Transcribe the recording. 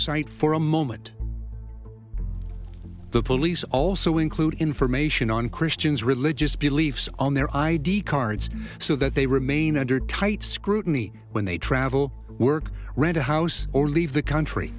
sight for a moment the police also include information on christians religious beliefs on their id cards so that they remain under tight scrutiny when they travel work rent a house or leave the country